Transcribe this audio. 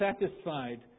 satisfied